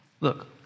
look